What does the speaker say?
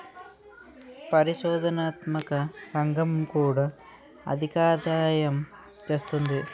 పరిశోధనాత్మక రంగం కూడా అధికాదాయం తెస్తుంది